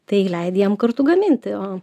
tai leidi jam kartu gaminti o